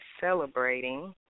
celebrating